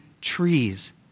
trees